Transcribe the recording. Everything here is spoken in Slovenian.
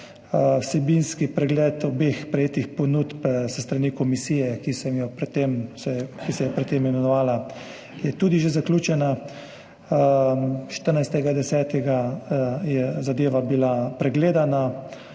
vsebinski pregled obeh prejetih ponudb s strani komisije, ki se je pred tem imenovala, je tudi že zaključen, 14. 10. je bila zadeva pregledana.